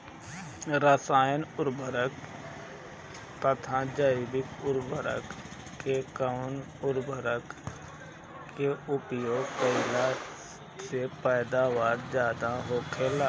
रसायनिक उर्वरक तथा जैविक उर्वरक में कउन उर्वरक के उपयोग कइला से पैदावार ज्यादा होखेला?